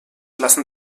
lassen